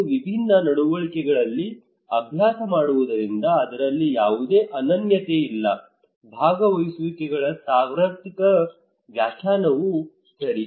ಮತ್ತು ವಿಭಿನ್ನ ನಡವಳಿಕೆಗಳಲ್ಲಿ ಅಭ್ಯಾಸ ಮಾಡುವುದರಿಂದ ಅದರಲ್ಲಿ ಯಾವುದೇ ಅನನ್ಯತೆಯಿಲ್ಲ ಭಾಗವಹಿಸುವಿಕೆಗಳ ಸಾರ್ವತ್ರಿಕ ವ್ಯಾಖ್ಯಾನವು ಸರಿ